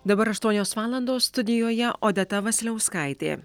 dabar aštuonios valandos studijoje odeta vasiliauskaitė